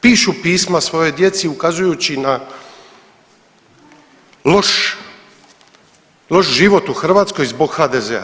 Pišu pisma svojoj djeci ukazujući na loš, loš život u Hrvatskoj zbog HDZ-a.